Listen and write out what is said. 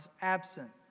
absent